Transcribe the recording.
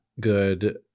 good